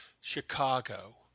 Chicago